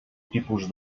tipus